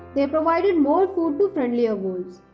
they provided more food to friendlier wolves.